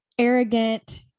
arrogant